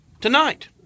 tonight